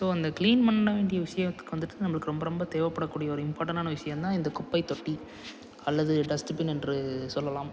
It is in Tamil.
ஸோ அந்த க்ளீன் பண்ண வேண்டிய விஷயத்துக்கு வந்துட்டு நம்மளுக்கு ரொம்ப ரொம்ப தேவைப்படக்கூடிய ஒரு இம்பார்டன்ட்னான விஷியந்தான் இந்த குப்பைத் தொட்டி அல்லது டஸ்ட்டுபின் என்று சொல்லலாம்